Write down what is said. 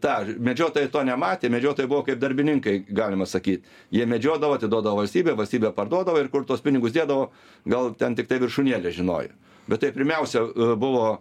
tą medžiotojai to nematė medžiotojai buvo kaip darbininkai galima sakyt jie medžiodavo atiduodavo valstybė valstybė parduodavo ir kur tuos pinigus dėdavo gal ten tiktai viršūnėlė žinojo bet tai pirmiausia buvo